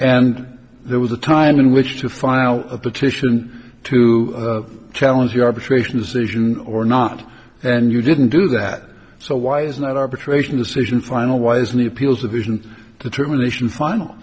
and there was a time in which to file a petition to challenge your arbitration decision or not and you didn't do that so why is not arbitration decision final wisely appeals a vision determination final